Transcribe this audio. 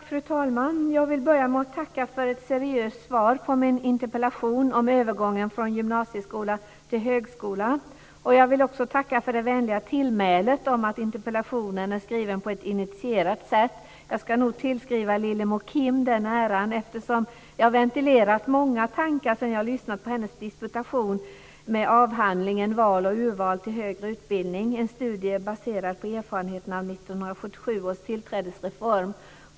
Fru talman! Jag vill börja med att tacka för ett seriöst svar på min interpellation om övergången från gymnasieskola till högskola. Jag vill också tacka för det vänliga tillmälet om att interpellationen är skriven på ett initierat sätt. Jag ska nog tillskriva Lillemor Kim den äran, eftersom jag ventilerat många tankar sedan jag lyssnat på hennes disputation med avhandlingen Val och urval till högre utbildning - En studie baserad på erfarenheterna av 1977 års tillträdesreform.